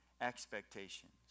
expectations